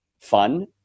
fun